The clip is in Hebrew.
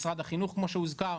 משרד החינוך כמו שהוזכר,